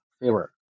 favor